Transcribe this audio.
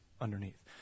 underneath